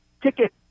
ticket